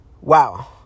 Wow